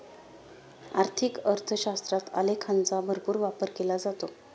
आर्थिक अर्थशास्त्रात आलेखांचा भरपूर वापर केला जातो